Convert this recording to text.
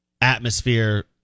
atmosphere